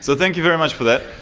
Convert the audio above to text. so thank you very much for that.